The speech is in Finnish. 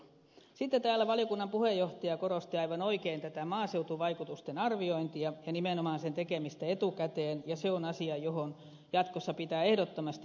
sitten täällä valiokunnan puheenjohtaja korosti aivan oikein tätä maaseutuvaikutusten arviointia ja nimenomaan sen tekemistä etukäteen ja se on asia johon jatkossa pitää ehdottomasti panostaa